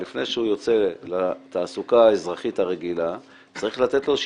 לפני שהוא יוצא לתעסוקה האזרחית הרגילה צריך לתת לו איזה